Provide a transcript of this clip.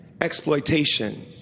exploitation